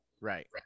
Right